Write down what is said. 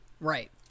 Right